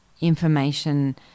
information